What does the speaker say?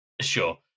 Sure